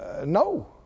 No